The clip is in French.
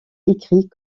écrit